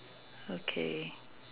okay